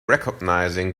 recognizing